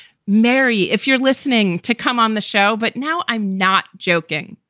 mary, if you're listening to come on the show. but now i'm not joking.